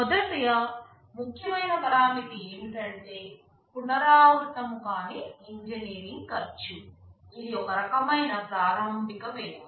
మొదటి ముఖ్యమైన పరామితి ఏమిటంటే పునరావృతం కాని ఇంజనీరింగ్ ఖర్చు ఇది ఒక రకమైన ప్రారంభక వ్యయం